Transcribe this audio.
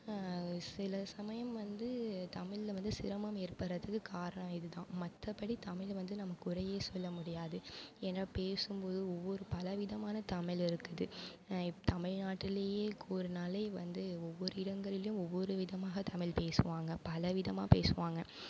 சில சமயம் வந்து தமிழில் வந்து சிரமம் ஏற்படுறத்துக்கு காரணம் இதுதான் மற்றபடி தமிழை வந்து நம்ம குறையே சொல்ல முடியாது ஏன்னா பேசும் போது ஒவ்வொரு பல விதமான தமிழ் இருக்குது தமிழ்நாட்டிலேயே கூறுனாலே வந்து ஒவ்வொரு இடங்களிலும் ஒவ்வொரு விதமாக தமிழ் பேசுவாங்க பல விதமாக பேசுவாங்க